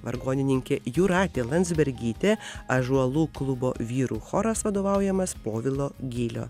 vargonininkė jūratė landsbergytė ąžuolų klubo vyrų choras vadovaujamas povilo gylio